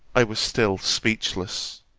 i was still speechless.